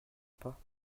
pas